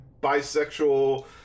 bisexual